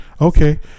Okay